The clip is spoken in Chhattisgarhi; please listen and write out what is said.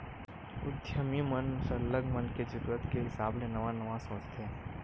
उद्यमी मन सरलग मनखे के जरूरत के हिसाब ले नवा नवा सोचथे